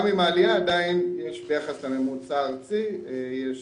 גם עם העלייה, עדיין ביחס לממוצע הארצי יש